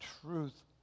truth